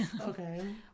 Okay